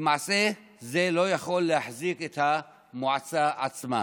למעשה, זה לא יכול להחזיק את המועצה עצמה.